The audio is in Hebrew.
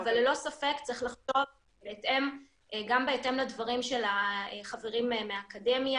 אבל ללא ספק צריך לחשוב גם בהתאם לדברים של החברים מהאקדמיה,